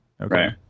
okay